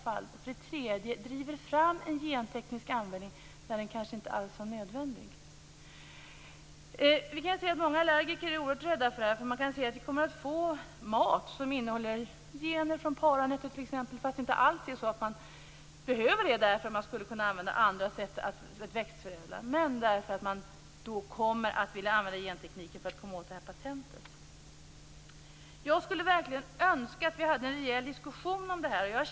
För det tredje handlar det om ett samhälle som driver fram en genteknisk användning där den kanske inte alls är nödvändig. Många allergiker är oerhört rädda för mat som innehåller gener från t.ex. paranötter, fast man inte alls behöver använda sådana gener. Det finns andra sätt att växtförädla. Men man vill ändå använda genteknik för att komma åt patentet. Jag skulle verkligen önska att vi hade en rejäl diskussion om detta.